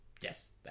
Yes